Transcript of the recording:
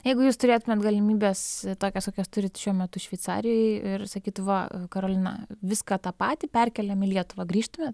jeigu jūs turėtumėt galimybes tokias kokias turit šiuo metu šveicarijoj ir sakytų va karolina viską tą patį perkeliam į lietuvą grįžtumėt